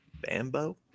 Bambo